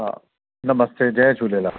हा नमस्ते जय झूलेलाल